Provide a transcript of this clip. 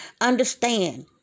Understand